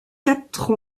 quatre